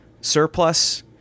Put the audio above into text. surplus